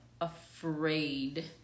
afraid